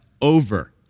over